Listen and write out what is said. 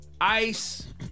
Ice